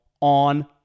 on